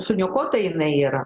suniokota jinai yra